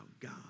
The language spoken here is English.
God